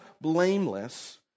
blameless